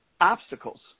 obstacles